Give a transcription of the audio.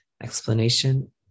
explanation